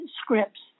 scripts